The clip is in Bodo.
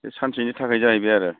बे सानसेनि थाखाय जाहैबाय आरो